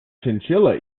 chinchilla